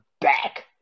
back